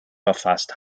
verfasst